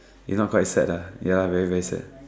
if not quite sad ah ya very very sad